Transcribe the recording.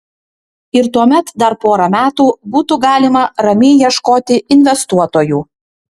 ir tuomet dar porą metų būtų galima ramiai ieškoti investuotojų